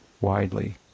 widely